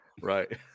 Right